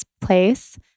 place